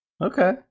Okay